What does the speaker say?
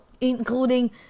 Including